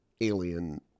alien